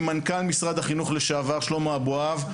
מנכ"ל משרד החינוך לשעבר שלמה אבוהב,